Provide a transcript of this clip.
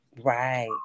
Right